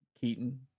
Keaton